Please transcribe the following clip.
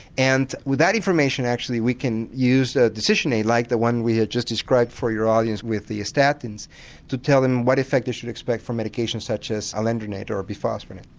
and with that information actually we can use a decision aid like the one we had just described for your audience with the statins to tell them what effect they should expect from medications such as alendronate or bisphosphonate,